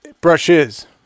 Brushes